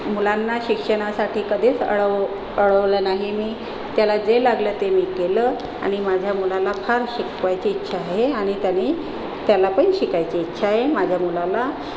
मुलांना शिक्षणासाठी कधीच अडव अडवलं नाही मी त्याला जे लागलं ते मी केलं आणि माझ्या मुलाला फार शिकवायची इच्छा आहे आणि त्यानी त्याला पण शिकायची इच्छा आहे माझ्या मुलाला